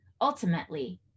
Ultimately